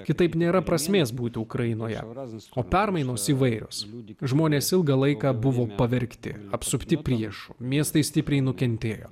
kitaip nėra prasmės būtų ukrainoje euras o permainos įvairios liūdi žmonės ilgą laiką buvome pavergti apsupti priešų miestai stipriai nukentėjo